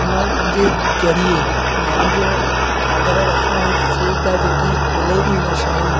हुन जे ज़रिये माण्हुनि जो कागर रखणु जी सुविधा जेकी मिले थी हिन शइ मां